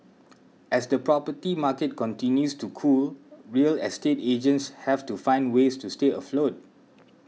as the property market continues to cool real estate agents have to find ways to stay afloat